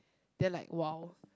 then like !wow!